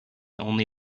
only